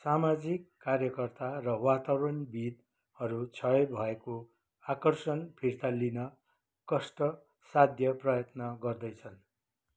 सामाजिक कार्यकर्ता र वातावरणविद्हरू क्षय भएको आकर्षण फिर्ता लिन कष्टसाध्य प्रयत्न गर्दैछन्